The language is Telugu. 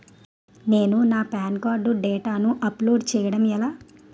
నేను నా పాన్ కార్డ్ డేటాను అప్లోడ్ చేయడం ఎలా?